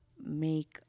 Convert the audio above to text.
make